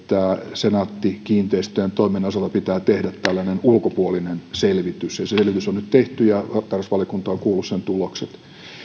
senaatti kiinteistöjen toiminnan osalta pitää tehdä tällainen ulkopuolinen selvitys ja se selvitys on nyt tehty ja tarkastusvaliokunta on kuullut sen tulokset